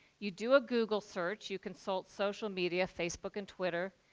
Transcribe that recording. you do a google search, you consult social media, facebook, and twitter.